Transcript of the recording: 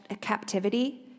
captivity